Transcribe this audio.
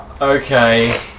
okay